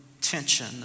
tension